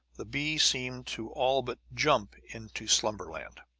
the bee seemed to all but jump into slumberland.